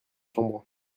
chambre